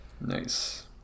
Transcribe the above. Nice